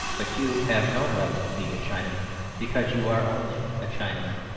but you have no right to be a chinaman because you are only a chinaman.